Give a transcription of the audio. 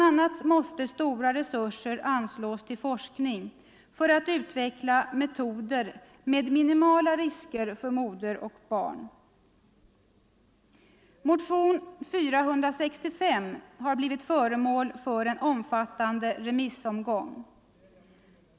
a. måste stora resurser anslås till forskning för att utveckla metoder med minimala risker för moder och barn. Motionen 465 har blivit föremål för en omfattande remissbehandling.